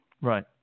right